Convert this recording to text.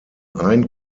ein